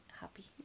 happy